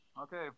okay